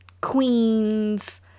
queens